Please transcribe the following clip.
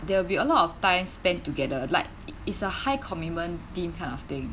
there will be a lot of time spent together like it's a high commitment team kind of thing